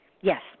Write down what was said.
Yes